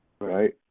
Right